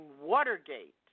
Watergate